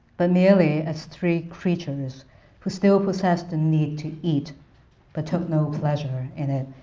but merely as three creatures who still possessed the need to eat but took no pleasure in it,